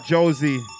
Josie